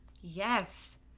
Yes